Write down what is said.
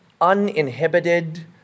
uninhibited